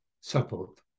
support